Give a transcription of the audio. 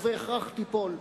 ובהכרח תיפול.